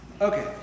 Okay